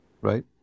right